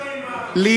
הם בכלל לא מתגרים בנו.